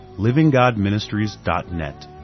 livinggodministries.net